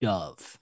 Dove